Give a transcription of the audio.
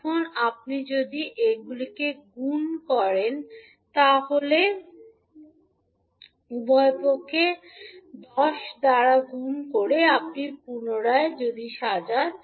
এখন আপনি যদি গুন উভয় পক্ষের 10 দ্বারা এবং আপনি পুনরায় সাজান